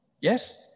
Yes